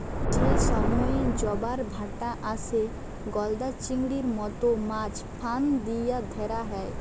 যে সময়ে জবার ভাঁটা আসে, গলদা চিংড়ির মত মাছ ফাঁদ দিয়া ধ্যরা হ্যয়